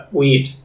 weed